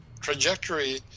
trajectory